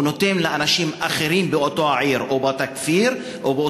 הוא נותן לאנשים אחרים באותה עיר או באותו כפר,